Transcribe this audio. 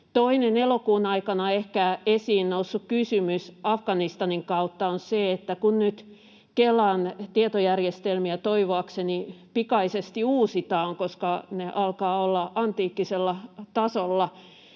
Toinen elokuun aikana ehkä Afganistanin kautta esiin noussut kysymys on se, että kun nyt Kelan tietojärjestelmiä toivoakseni pikaisesti uusitaan, koska ne alkavat olla antiikkisella tasolla,